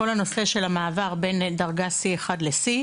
כל הנושא של המעבר בין דרגה C1 ל-C,